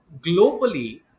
globally